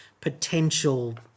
potential